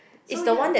so ya